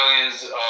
billions